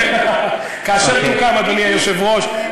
אדוני היושב-ראש,